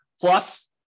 Plus